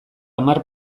hamar